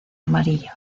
amarillo